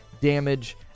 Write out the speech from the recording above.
Damage